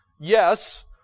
Yes